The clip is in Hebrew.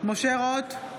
משה רוט,